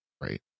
Right